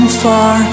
far